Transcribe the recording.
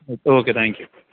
okay thank you